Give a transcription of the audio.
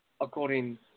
according